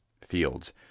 fields